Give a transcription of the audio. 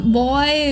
boy